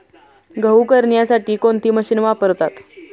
गहू करण्यासाठी कोणती मशीन वापरतात?